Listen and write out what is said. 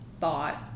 thought